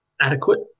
adequate